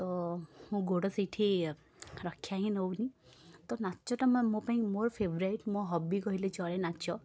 ତ ମୋ ଗୋଡ଼ ସେଇଠି ରକ୍ଷା ହିଁ ନେଉନି ତ ନାଚଟା ମୋ ପାଇଁ ମୋ ଫେବରାଇଟ୍ ମୋ ହବି କହିଲେ ଚଳେ ନାଚ